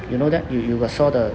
you know that you you got saw the